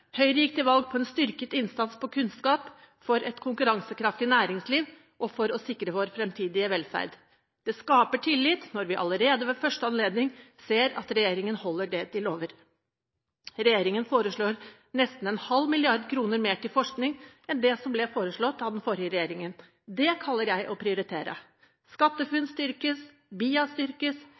Høyre gikk til valg på en styrket innsats på kunnskap, for et konkurransekraftig næringsliv og for å sikre vår fremtidige velferd. Det skaper tillit når vi allerede ved første anledning ser at regjeringen holder det den lover. Regjeringen foreslår nesten en halv milliard kroner mer til forskning enn det som ble foreslått av den forrige regjeringen. Det kaller jeg å prioritere! SkatteFUNN styrkes,